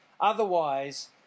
otherwise